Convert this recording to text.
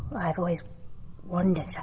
i've always wondered.